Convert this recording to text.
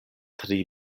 tri